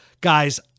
guys